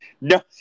No